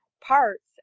parts